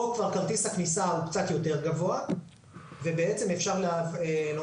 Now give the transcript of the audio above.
פה כבר כרטיס הכניסה הוא קצת יותר גבוה ובעצם אפשר לומר